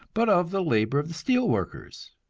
but of the labor of the steel workers.